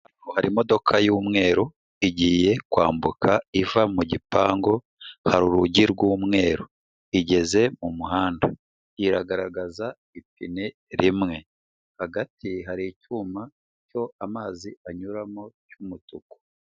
Hari imodoka y'umweru, igiye kwambuka iva mu gipangu, hari urugi rw'umweru, igeze mu muhanda, iragaragaza ipine rimwe, hagati hari icyuma cyo amazi anyuramo cy'umutuku.